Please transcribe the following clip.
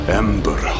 ember